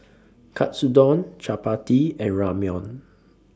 Katsudon Chapati and Ramyeon